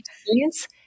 experience